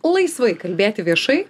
laisvai kalbėti viešai